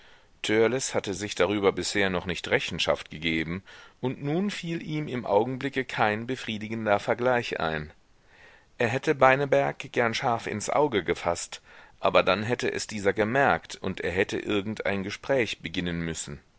hatte sich darüber bisher noch nicht rechenschaft gegeben und nun fiel ihm im augenblicke kein befriedigender vergleich ein er hätte beineberg gern scharf ins auge gefaßt aber dann hätte es dieser gemerkt und er hätte irgendein gespräch beginnen müssen